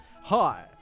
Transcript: Hi